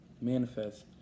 manifest